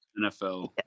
NFL